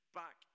back